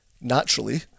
naturally